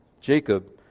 Jacob